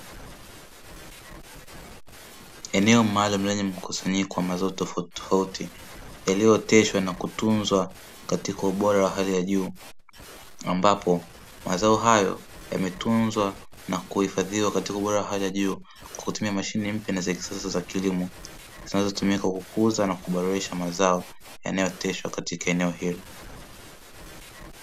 Eneo maalumu lenye mkusanyiko wanmazao tofauti tofauti iliyooteshwa na kutunzwa katika ubora wa hali ya juu, ambapo mazao hayo yametunzwa na kuhifadhiwa katika ubora wa hali ya juu kwa kutumia mashine mpya na za kisasa za kilimo nazotumika kukuza na kuboresha mazao yanayooteshwa katika eneo hilo.